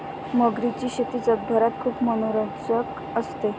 मगरीची शेती जगभरात खूप मनोरंजक असते